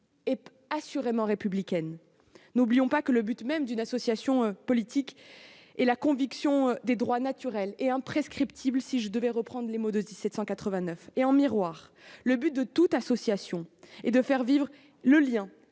et assurément républicaines. Ne l'oublions pas, le but même d'une association politique est la conservation des droits naturels et imprescriptibles de l'homme, pour reprendre les mots de 1789. En miroir, le but de toute association est de faire vivre le lien